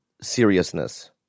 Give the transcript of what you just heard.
seriousness